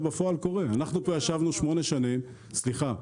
אנחנו כבר ישבנו שמונה שנים, סליחה,